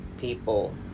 people